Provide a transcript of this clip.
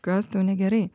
kas tau negerai